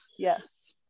yes